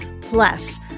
Plus